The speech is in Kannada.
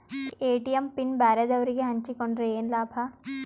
ಎ.ಟಿ.ಎಂ ಪಿನ್ ಬ್ಯಾರೆದವರಗೆ ಹಂಚಿಕೊಂಡರೆ ಏನು ಲಾಭ?